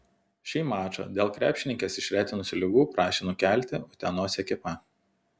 šį mačą dėl krepšininkes išretinusių ligų prašė nukelti utenos ekipa